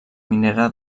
minera